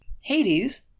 Hades